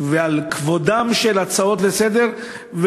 ועל כבודן של הצעות לסדר-היום,